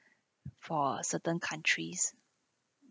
for certain countries